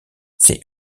ses